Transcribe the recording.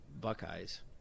buckeyes